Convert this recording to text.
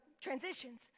transitions